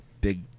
big